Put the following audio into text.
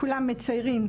כולם מציירים,